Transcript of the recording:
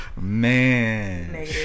Man